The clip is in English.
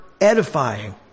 edifying